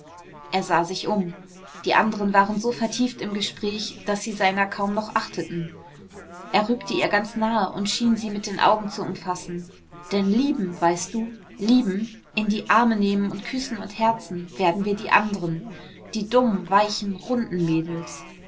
er sah sich um die anderen waren so vertieft im gespräch daß sie seiner kaum noch achteten er rückte ihr ganz nahe und schien sie mit den augen zu umfassen denn lieben weißt du lieben in die arme nehmen und küssen und herzen werden wir die anderen die dummen weichen runden mädels